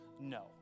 no